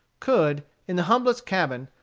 could, in the humblest cabin,